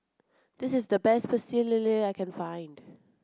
this is the best Pecel Lele that I can find